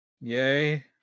Yay